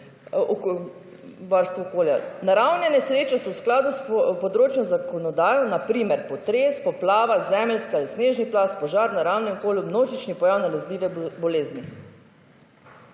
Naravne nesreče so v skladu s področno zakonodajo na primer potres, poplava, zemeljski ali snežni plaz, požar v naravnem okolju, množični pojav, nalezljive bolezni.